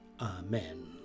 Amen